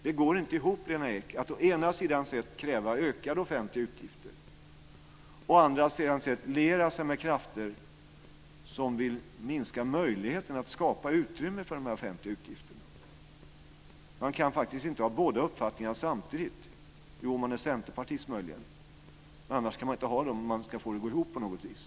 Det går inte ihop, Lena Ek, att å ena sidan kräva ökade offentliga utgifter, å andra sidan liera sig med krafter som vill minska möjligheten att skapa utrymme för de offentliga utgifterna. Man kan faktiskt inte ha båda uppfattningarna samtidigt. Jo, om man är centerpartist möjligen. Annars kan man inte ha det om man ska få det att gå ihop på något vis.